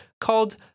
called